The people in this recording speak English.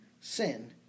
sin